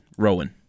Rowan